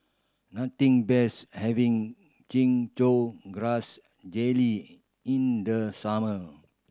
nothing beats having Chin Chow Grass Jelly in the summer